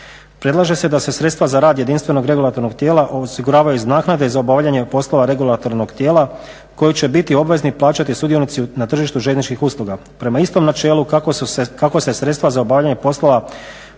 Predlaže se da se sredstva za rad jedinstvenog regulatornog tijela osiguravaju iz naknade za obavljanje poslova regulatornog tijela koji će biti obvezni plaćati sudionici na tržištu željezničkih usluga prema istom načelu kako se sredstva za obavljanje poslova